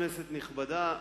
כנסת נכבדה,